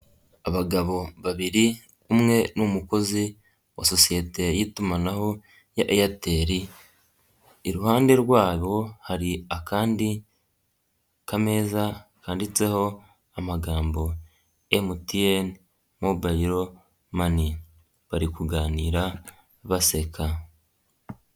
Abagabo babiri umwe ni umukozi wa sosiyete y'itumanaho ya Eyateli, iruhande rwabo hari akandi kameza handitseho amagambo, "MTN Mobile Money", bari kuganira baseka.